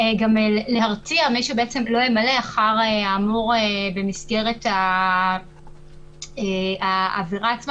להרתיע את מי שלא ימלא אחר האמור במסגרת העבירה עצמה